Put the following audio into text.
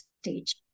stage